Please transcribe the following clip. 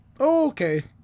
okay